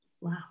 Wow